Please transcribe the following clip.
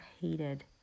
hated